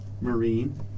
Marine